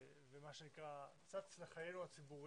ומה שנקרא צץ לחיינו הציבוריים.